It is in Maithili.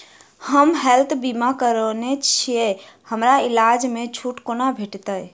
हम हेल्थ बीमा करौने छीयै हमरा इलाज मे छुट कोना भेटतैक?